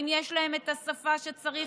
אם יש להם השפה שצריך,